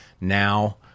now